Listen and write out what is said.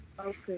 Okay